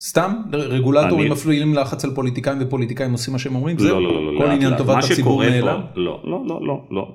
סתם רגולטורים מפעילים לחץ על פוליטיקאים ופוליטיקאים עושים מה שהם אומרים. לא, לא, לא